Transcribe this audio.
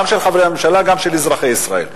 גם של חברי הממשלה וגם של אזרחי ישראל.